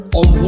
on